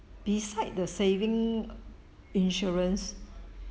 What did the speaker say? beside the saving insurance